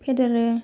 फेदेरो